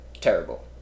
terrible